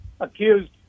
accused